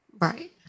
Right